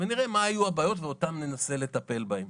נראה מה היו הבעיות וננסה לטפל בהן.